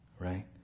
right